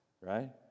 right